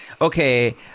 Okay